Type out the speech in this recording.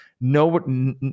no